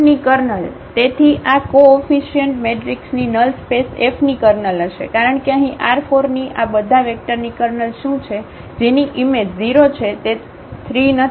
ની કર્નલ તેથી આ કોઓફીશીઅ્નટ મેટ્રિક્સની નલ સ્પેસ Fની કર્નલ હશે કારણ કે અહીં R4ની આ બધા વેક્ટરની કર્નલ શું છે જેની ઈમેજ 0 છે તે 3 નથી